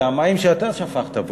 זה המים שאתה שפכת פה.